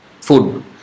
food